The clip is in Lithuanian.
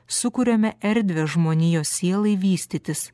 sukuriame erdvę žmonijos sielai vystytis